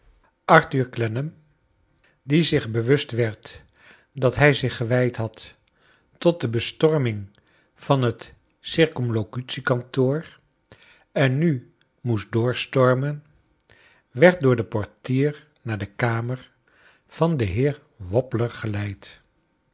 arthur clennam die zich bewust werd dat hij zich gewijd had tot de bestorming van het c k en nu moest doorstormen werd door den portier naar de kamer van den heer wobbler geleid